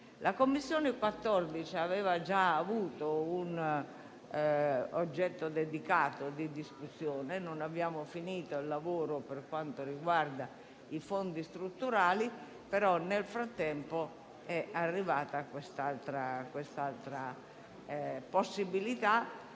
14a Commissione aveva già avuto un oggetto dedicato di discussione; non è stato concluso il lavoro per quanto riguarda i fondi strutturali, però nel frattempo è arrivata l'altra possibilità,